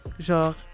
genre